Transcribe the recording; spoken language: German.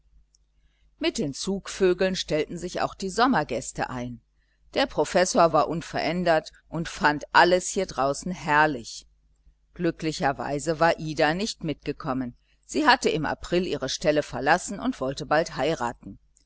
mit den zugvögeln stellten sich auch die sommergäste ein der professor war unverändert und fand alles hier draußen herrlich glücklicherweise war ida nicht mitgekommen sie hatte im april ihre stelle verlassen und wollte bald heiraten